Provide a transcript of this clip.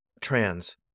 trans